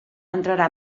entrarà